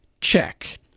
check